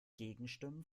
gegenstimmen